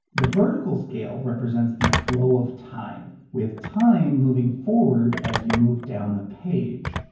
the vertical scale represents the flow of time, with time moving forward as you move down the page.